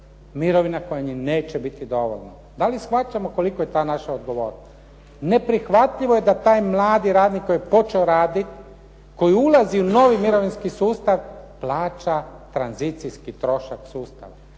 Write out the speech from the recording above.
mirovina koja im neće biti dovoljno. Da li shvaćamo kolika je ta naša odgovornost? Neprihvatljivo je da taj mladi radnik koji je počeo raditi, koji ulazi u novi mirovinski sustav plaća tranzicijski trošak sustava.